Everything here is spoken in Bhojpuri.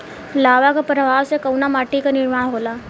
लावा क प्रवाह से कउना माटी क निर्माण होला?